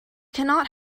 cannot